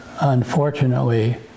unfortunately